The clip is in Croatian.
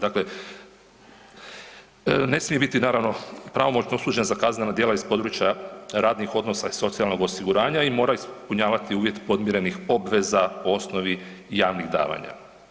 Dakle, ne smije biti naravno pravomoćno osuđen za kaznena djela iz područja radnih odnosa i socijalnog osiguranja i mora ispunjavati uvjet podmirenih obveza po osnovi javnih davanja.